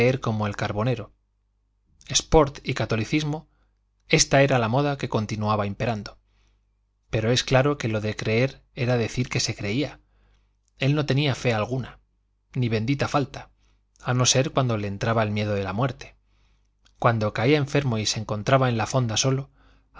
como el carbonero sport y catolicismo esta era la moda que continuaba imperando pero es claro que lo de creer era decir que se creía él no tenía fe alguna ni bendita la falta a no ser cuando le entraba el miedo de la muerte cuando caía enfermo y se encontraba en la fonda solo